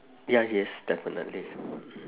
ya yes definitely